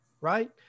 right